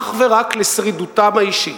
אך ורק לשרידותם האישית.